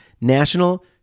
National